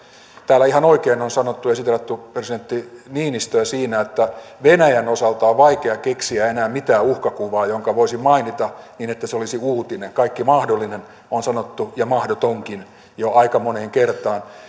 täällä ihan oikein on sanottu ja siteerattu presidentti niinistöä siinä että venäjän osalta on vaikea keksiä enää mitään uhkakuvaa jonka voisi mainita niin että se olisi uutinen kaikki mahdollinen on sanottu ja mahdotonkin jo aika moneen kertaan